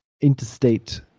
Interstate